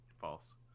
False